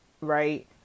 Right